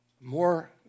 more